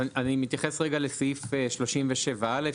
אני מתייחס לסעיף 37א,